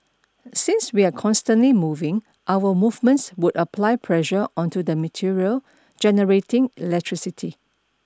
since we are constantly moving our movements would apply pressure onto the material generating electricity